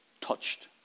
touched